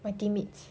my teammates